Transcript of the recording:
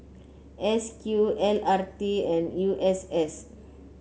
S Q L R T and U S S